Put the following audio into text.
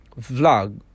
vlog